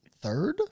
third